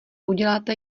uděláte